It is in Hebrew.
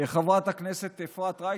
חברת הכנסת אפרת רייטן,